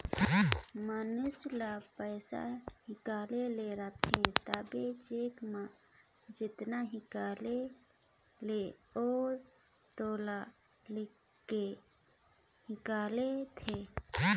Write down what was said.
मइनसे ल पइसा हिंकाले ले रहथे तबो चेक में जेतना हिंकाले ले अहे तेला लिख के हिंकालथे